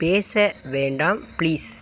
பேச வேண்டாம் பிளீஸ்